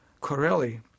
Corelli